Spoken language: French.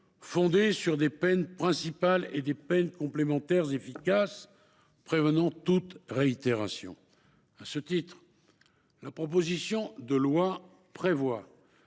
fondée sur des peines principales et des peines complémentaires efficaces, prévenant toute réitération. À ce titre, la proposition de loi prévoit